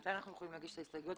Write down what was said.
מתי נוכל להגיש הסתייגויות?